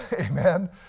Amen